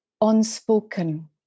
unspoken